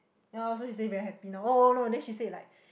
ya also she say very happy now oh no then she said like